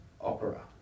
opera